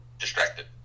Distracted